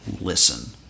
listen